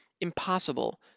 impossible